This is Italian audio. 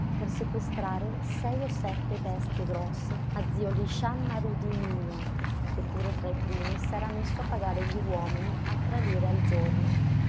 per sequestrare sei o sette bestie grosse a zio lisciànnaru dimìno che pure tra i primi s'era messo a pagare gli uomini a tre lire al giorno